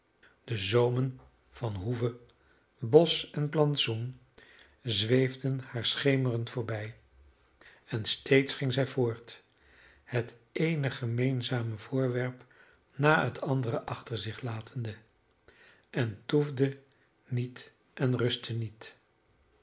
de zoomen van hoeve bosch en plantsoen zweefden haar schemerend voorbij en steeds ging zij voort het eene gemeenzame voorwerp na het andere achter zich latende en toefde niet en rustte niet